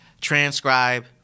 transcribe